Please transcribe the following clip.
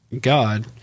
God